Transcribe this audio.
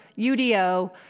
Udo